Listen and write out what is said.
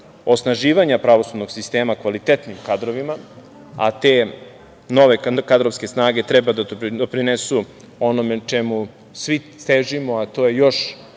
osnaživanja pravosudnog sistema kvalitetnim kadrovima, a te nove kadrovske snage treba da doprinesu onome čemu svi težimo, a to je još